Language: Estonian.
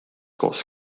koos